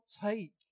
take